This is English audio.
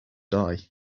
die